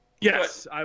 Yes